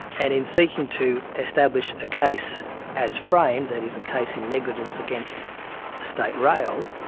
and in seeking to establish a case as framed, that is a case in negligence against state rail,